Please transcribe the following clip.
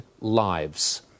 lives